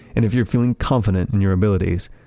and if you're feeling confident in your abilities,